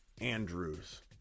Andrews